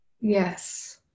Yes